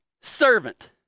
servant